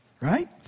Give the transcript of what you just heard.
right